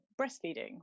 breastfeeding